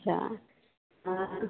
अच्छा हँ